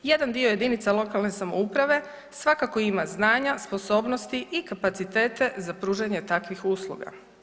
Jedan dio lokalne samouprave svakako ima znanja, sposobnosti i kapacitete za pružanje takvih usluga.